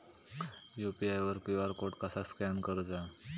UPI वर QR code कसा scan करूचा?